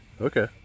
Okay